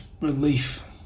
relief